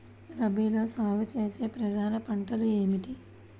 రబీలో సాగు చేసే ప్రధాన పంటలు ఏమిటి?